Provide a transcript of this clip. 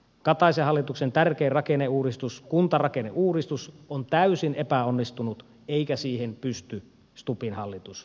kataisen hallituksen tärkein rakenneuudistus kuntarakenneuudistus on täysin epäonnistunut eikä siihen pysty stubbin hallitus mitään